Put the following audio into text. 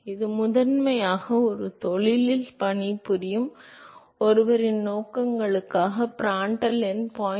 இப்போது இது முதன்மையாக ஒரு தொழிலில் பணிபுரியும் ஒருவரின் நோக்கங்களுக்காக பிராண்டில் எண் 0